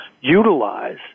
utilize